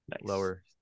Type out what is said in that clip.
lower